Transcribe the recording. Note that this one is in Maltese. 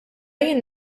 jien